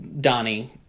Donnie